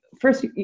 first